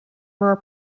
ruhr